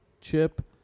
Chip